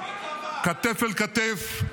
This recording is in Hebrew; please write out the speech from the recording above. כתף אל כתף,